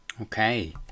okay